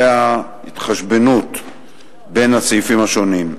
זה ההתחשבנות בין הסעיפים השונים.